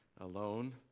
alone